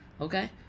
okay